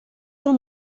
del